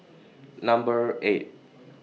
Number eight